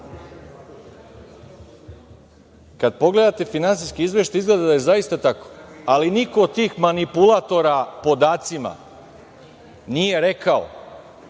pogledate finansijski izveštaj, izgleda da je zaista tako, ali niko od tih manipulatora podacima nije rekao